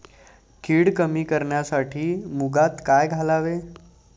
कीड कमी करण्यासाठी मुगात काय घालावे?